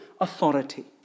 authority